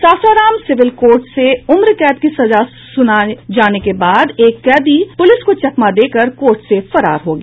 Sasaram civil court से उम्रकैद की सजा सुनाये जाने के बाद एक कैदी पुलिस को चकमा देकर कोर्ट से फरार हो गया